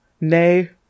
Nay